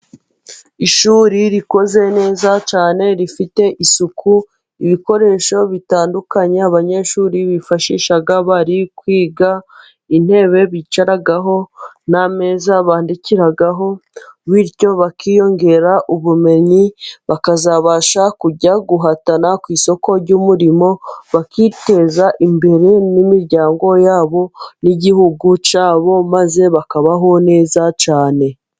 Ishuri rikoze neza cyane rifite isuku ,ibikoresho bitandukanye abanyeshuri bifashisha bari kwiga, intebe bicaraho n'ameza bandikiraho, bityo bakiyongera ubumenyi bakazabasha kujya guhatana ku isoko ry'umurimo, bakiteza imbere n'imiryango yabo n'igihugu cyabo maze bakabaho neza cyane.